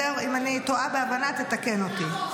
אם אני טועה בהבנה, בבקשה תתקן אותי.